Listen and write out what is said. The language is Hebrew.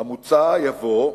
המוצע יבוא: